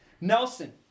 Nelson